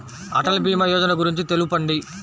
అటల్ భీమా యోజన గురించి తెలుపండి?